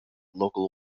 local